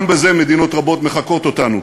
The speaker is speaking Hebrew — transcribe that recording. גם בזה מדינות רבות מחקות אותנו,